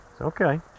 okay